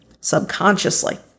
subconsciously